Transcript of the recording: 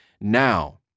now